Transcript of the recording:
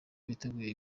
biteguye